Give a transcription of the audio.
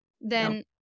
then-